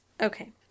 Okay